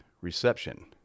reception